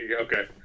Okay